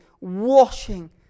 washing